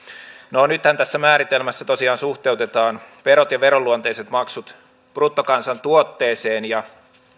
no nythän tässä määritelmässä tosiaan suhteutetaan verot ja veronluonteiset maksut bruttokansantuotteeseen ja